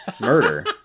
Murder